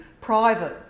private